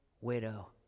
widow